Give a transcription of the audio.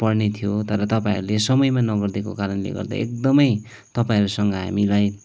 पर्ने थियो तर तपाईँहरूले समयमा नगरिदिएको कारणले गर्दा एकदमै तपाईँहरूसँग हामीलाई